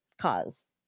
cause